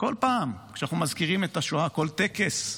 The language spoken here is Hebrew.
בכל פעם כשאנחנו מזכירים את השואה, בכל טקס.